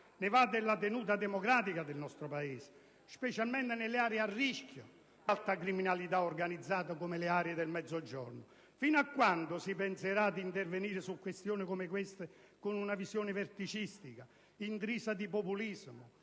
Ne va della tenuta democratica del nostro Paese, specialmente nelle aree a rischio di alta criminalità organizzata, come quelle del Mezzogiorno. Fino a quando si penserà di intervenire su questioni come queste con una visione verticistica, intrisa di populismo